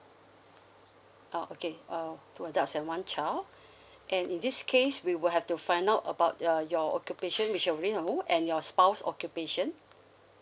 oh okay uh two adults and one child and in this case we will have to find out about uh your occupation which already know and your spouse occupation